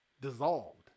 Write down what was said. dissolved